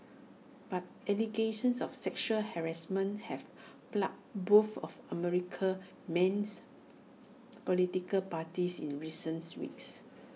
but allegations of sexual harassment have plagued both of America's mains political parties in recent weeks